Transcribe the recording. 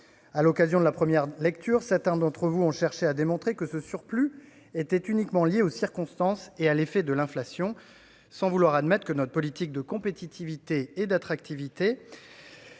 À l'occasion de la première lecture, certains d'entre vous ont cherché à démontrer que ce surplus était uniquement lié aux circonstances et à l'effet de l'inflation, sans jamais admettre que notre politique de compétitivité et d'attractivité